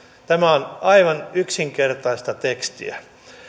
tämä on aivan yksinkertaista tekstiä